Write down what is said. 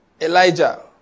Elijah